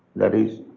that is